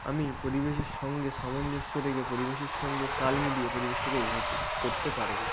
আমি পরিবেশের সঙ্গে সামঞ্জস্য রেখে পরিবেশের সঙ্গে তাল মিলিয়ে পরিবেশটাকে উপভোগ করতে পারবো